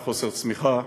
על חוסר צמיחה,